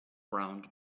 round